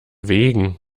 wegen